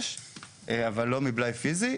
אבל לא מבלאי פיזי.